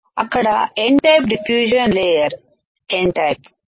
అక్కడ N type diffusion layer type అవునా